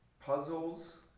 puzzles